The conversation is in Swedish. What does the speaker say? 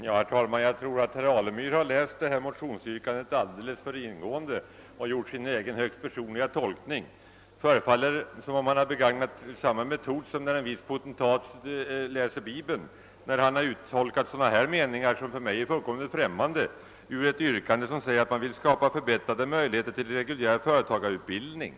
Herr talman! Jag tror att herr Alemyr har läst detta motionsyrkande alldeles för formellt och gjort sin egen högst personliga tolkning. Det förefaller som om han begagnar samma metod som en viss potentat gör när han läser Bibeln. Han får fram meningar som jag är fullkomligt främmande för och det får han fram ur ett motionsyrkande, som säger att man vill skapa förbättrade möjligheter till reguljär företagarutbildning.